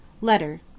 Letter